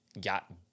got